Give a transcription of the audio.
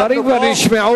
הדברים כבר נשמעו,